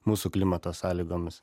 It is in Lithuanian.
mūsų klimato sąlygomis